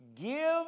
Give